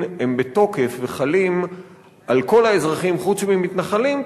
הם בתוקף וחלים על כל האזרחים חוץ ממתנחלים,